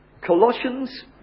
Colossians